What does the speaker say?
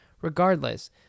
Regardless